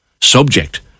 subject